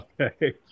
Okay